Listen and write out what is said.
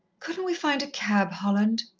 couldn't we find a cab, holland?